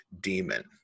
demon